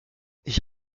ich